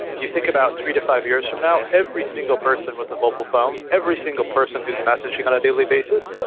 you think about three to five years from now, every single person with a mobile phone, every single person who is messaging on a daily basis,